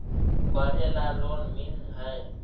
पढ़े ला लोन मिल है?